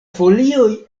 folioj